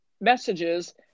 messages